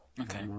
okay